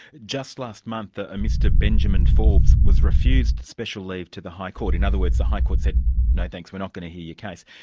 just last month, a and mr benjamin forbes was refused special leave to the high court. in other words, the high court said no thanks, we're not going to hear your case'.